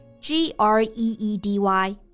G-R-E-E-D-Y